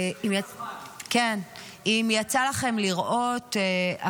אם יצא לכם לראות,